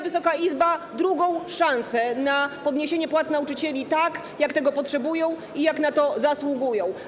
Wysoka Izba dostaje drugą szansę na podniesienie płac nauczycieli tak, jak tego potrzebują i jak na to zasługują.